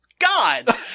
God